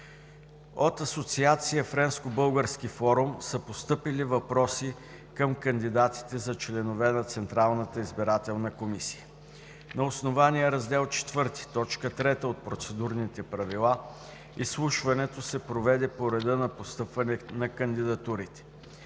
От Асоциация „Френско-Български Форум“ са постъпили въпроси към кандидатите за членове на Централната избирателна комисия. На основание Раздел IV, т. 3 от Процедурните правила изслушването се проведе по реда на постъпване на кандидатурите.